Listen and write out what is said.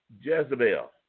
Jezebel